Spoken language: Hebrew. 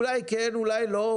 אולי כן, אולי לא.